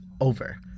over